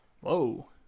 whoa